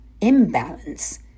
imbalance